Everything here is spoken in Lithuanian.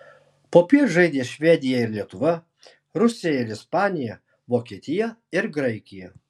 popiet žaidė švedija ir lietuva rusija ir ispanija vokietija ir graikija